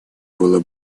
было